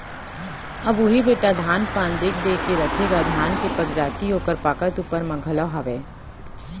अब उही बेटा धान पान देख देख के रथेगा धान के पगजाति ओकर पाकत ऊपर म घलौ हावय